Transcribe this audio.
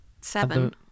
seven